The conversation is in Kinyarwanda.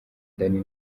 dany